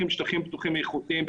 שטחים פתוחים ותשתיות.